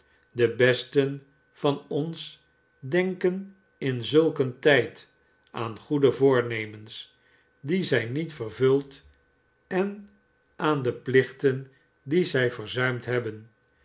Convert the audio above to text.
de besten van ons denken in zulk een tijd aan goede voornemens die zij niet vervuld en aan de plichten die zij verzuimd hebben